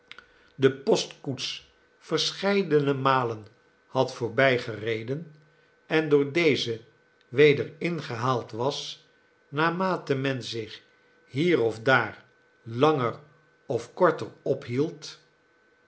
wrok postkoets verscheiden malen had voorbijgereden en door deze weder ingehaald was naarmate men zich hier of daar langer of korter ophield